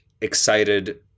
excited